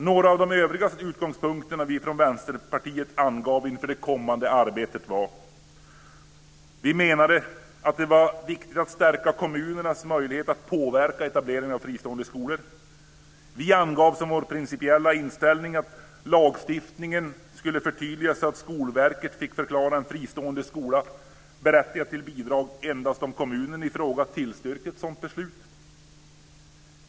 Några av de övriga utgångspunkter vi från Vänsterpartiet angav inför det kommande arbetet var: - Vi menade att det var viktigt att stärka kommunernas möjlighet att påverka etableringen av fristående skolor. Vi angav som vår principiella inställning att lagstiftningen skulle förtydligas, så att Skolverket får förklara en fristående skola berättigad till bidrag endast om kommunen i fråga tillstyrker ett sådant beslut.